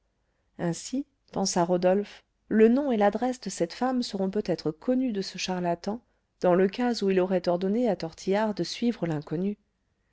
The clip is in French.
ainsi pensa rodolphe le nom et l'adresse de cette femme seront peut-être connus de ce charlatan dans le cas où il aurait ordonné à tortillard de suivre l'inconnue